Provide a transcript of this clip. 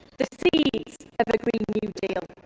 the seeds of but a green new deal.